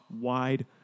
wide